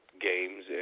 games